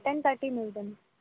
ten thirty ಮೇಲೆ ಬನ್ನಿ